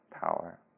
power